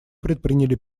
предприняли